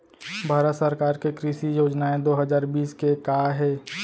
भारत सरकार के कृषि योजनाएं दो हजार बीस के का हे?